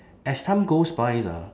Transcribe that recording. as time goes by ah